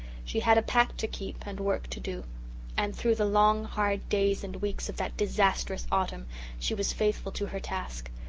she had a pact to keep and a work to do and through the long hard days and weeks of that disastrous autumn she was faithful to her task.